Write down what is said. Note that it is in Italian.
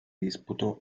disputò